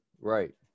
Right